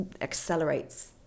accelerates